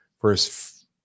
first